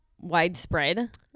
widespread